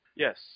Yes